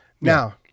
Now